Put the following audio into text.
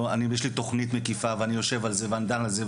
יש לי תכנית מקיפה; אני יושב על זה ודן על זה,